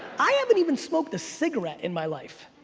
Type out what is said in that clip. i haven't even smoked a cigarette in my life.